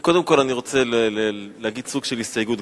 קודם כול, אני רוצה להגיד סוג של הסתייגות.